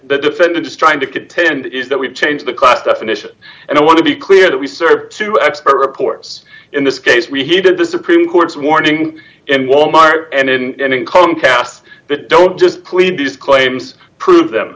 the defendant is trying to contend is that we've changed the class definition and i want to be clear that we serve two expert reporters in this case we hated the supreme court's warning and wal mart and income cast that don't just plead these claims prove them